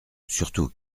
surtout